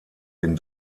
den